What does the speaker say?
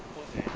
own eh